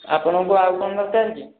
ଆପଣଙ୍କୁ ଆଉ କ'ଣ ଦରକାର କି